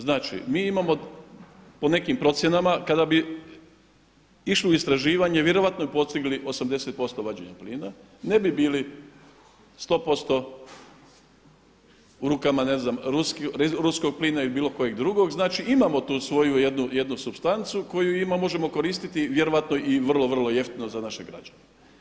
Znači mi imamo po nekim procjenama kada bi išli u istraživanje vjerojatno bi postigli 80% vađenja plina, ne bi bilo 100% u rukama ne znam ruskog plina ili bilo kojeg drugog, znači imamo tu jednu supstancu koju možemo koristiti vjerojatno i vrlo, vrlo jeftino za naše građane.